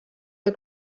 the